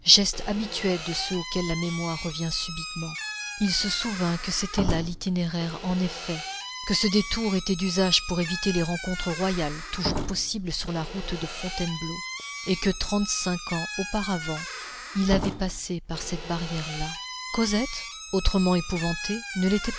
geste habituel de ceux auxquels la mémoire revient subitement il se souvint que c'était là l'itinéraire en effet que ce détour était d'usage pour éviter les rencontres royales toujours possibles sur la route de fontainebleau et que trente-cinq ans auparavant il avait passé par cette barrière là cosette autrement épouvantée ne l'était